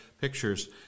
pictures